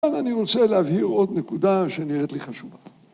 אבל אני רוצה להבהיר עוד נקודה שנראית לי חשובה